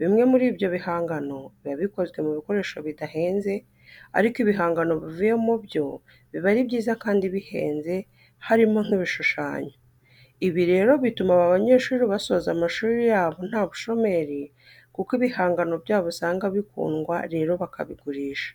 Bimwe muri ibyo bihangano biba bikozwe mu bikoresho bidahenze ariko ibihangano bivuyemo byo biba ari byiza kandi bihenze, harimo k'ibishushanyo. Ibi rero bituma aba banyeshuri basoza amashuri yabo nta bushomeri kuko ibihangano byabo usanga bikundwa rero bakabigurisha.